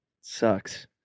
Sucks